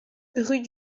rue